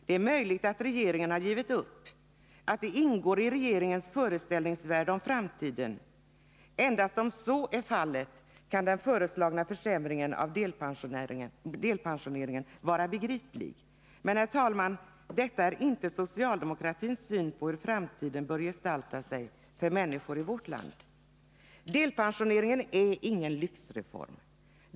Det är möjligt att regeringen har givit upp, att denna bild också ingår i regeringens föreställningsvärld om framtiden. Endast om så är fallet, kan den föreslagna försämringen av delpensioneringen vara begriplig. Men, herr talman, detta är inte socialdemokratins syn på hur framtiden bör gestalta sig för människor i vårt land. Delpensioneringen är ingen lyxreform.